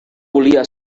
volia